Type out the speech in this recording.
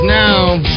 now